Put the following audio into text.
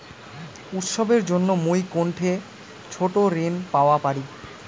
উৎসবের জন্য মুই কোনঠে ছোট ঋণ পাওয়া পারি?